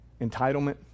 Entitlement